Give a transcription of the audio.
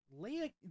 Leia